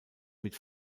mit